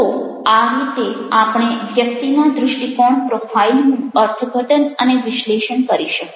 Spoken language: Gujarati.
તો આ રીતે આપણે વ્યક્તિના દૃષ્ટિકોણ પ્રોફાઈલનું અર્થઘટન અને વિશ્લેષણ કરી શકીએ